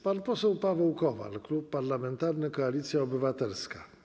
Pan poseł Paweł Kowal, Klub Parlamentarny Koalicja Obywatelska.